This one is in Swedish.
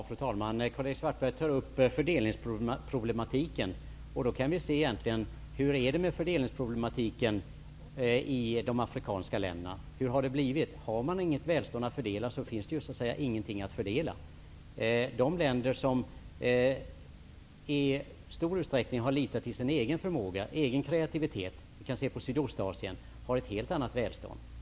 Fru talman! Karl-Erik Svartberg tar upp fördelningsproblematiken. Ja, hur är det egentligen med fördelningsproblematiken i de afrikanska länderna? Hur har det blivit? Jo, har man inget välstånd att fördela, finns det ju inget att fördela. De länder i exempelvis Sydostasien som i stor utsträckning har litat till sin egen förmåga och sin egen kreativitet har ett helt annat välstånd.